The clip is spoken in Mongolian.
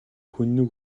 хүннү